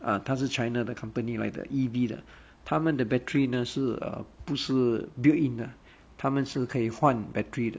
uh 它是 china 的 company 来的 E_V 的它们的 battery 呢是不是 built in 的它们是可以换 battery 的